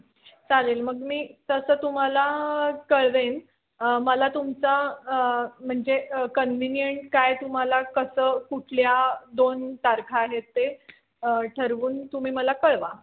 चालेल मग मी तसं तुम्हाला कळवेन मला तुमचा म्हणजे कन्विनियंट काय तुम्हाला कसं कुठल्या दोन तारखा आहेत ते ठरवून तुम्ही मला कळवा